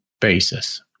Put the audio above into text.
basis